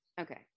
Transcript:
okay